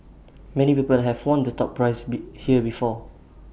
many people have won the top prize be here before